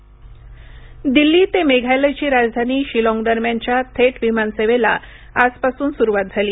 विमानसेवा दिल्ली ते मेघालयची राजधानी शिलाँग दरम्यानच्या थेट विमानसेवेला आजपासून सुरुवात झाली